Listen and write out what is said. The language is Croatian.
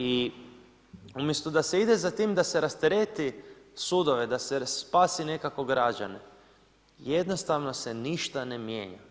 I umjesto da se ide za tim da se rastereti sudove, da se spasi nekako građane jednostavno se ništa ne mijenja.